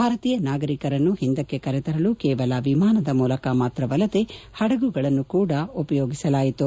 ಭಾರತೀಯ ನಾಗರಿಕರನ್ನು ಹಿಂದಕ್ಕೆ ಕರೆತರಲು ಕೇವಲ ವಿಮಾನದ ಮೂಲಕ ಮಾತ್ರವಲ್ಲದೇ ಹದಗುಗಳನ್ನು ಕೂಡಾ ಉಪಯೋಗಿಸಲಾಯಿತು